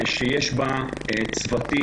שיש בה צוותים.